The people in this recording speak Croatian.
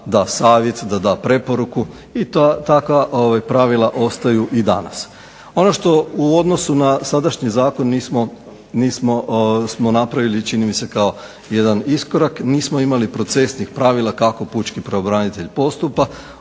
da savjet, da da preporuku i takva pravila ostaju i danas. Ono što u odnosu na sadašnji zakon nismo napravili čini mi se kao jedan iskorak nismo imali procesnih pravila kako pučki pravobranitelj postupa.